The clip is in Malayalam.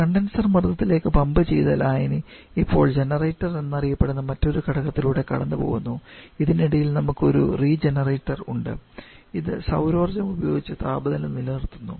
കണ്ടൻസർ മർദ്ദത്തിലേക്ക് പമ്പ് ചെയ്ത ലായിനി ഇപ്പോൾ ജനറേറ്റർ എന്നറിയപ്പെടുന്ന മറ്റൊരു ഘടകത്തിലൂടെ കടന്നുപോകുന്നു ഇതിനിടയിൽ നമുക്ക് ഒരു റീജനറേറ്റർ ഉണ്ട് ഇത് സൌരോർജം ഉപയോഗിച്ച് താപനില ഉയർത്തുന്നു